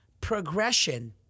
progression